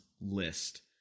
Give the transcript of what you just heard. list